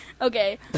Okay